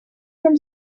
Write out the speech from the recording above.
from